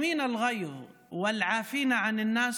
(אומר בערבית: "ולאלה העוצרים את כעסם והסולחים לאנשים,